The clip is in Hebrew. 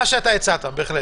מה שאתה הצעת, בהחלט.